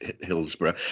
Hillsborough